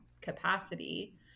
capacity